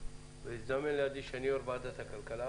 והזדמן לידי שאני יושב-ראש ועדת הכלכלה,